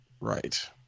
Right